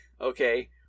Okay